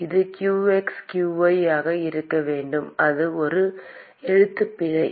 இது qx qy ஆக இருக்க வேண்டும் அது ஒரு எழுத்துப்பிழை